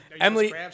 Emily